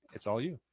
it's all you.